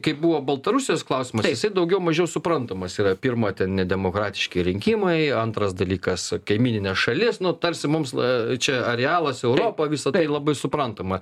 kaip buvo baltarusijos klausimas jisai daugiau mažiau suprantamas yra pirma ten nedemokratiški rinkimai antras dalykas kaimyninė šalis nu tarsi mums čia arealas europa visa tai labai suprantama